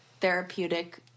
therapeutic